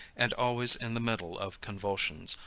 and always in the middle of convulsions,